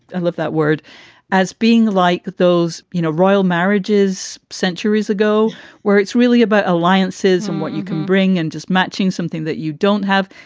and love that word as being like those, you know, royal marriages centuries ago where it's really about alliances and what you can bring and just matching something that you don't have.